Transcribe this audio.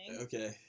Okay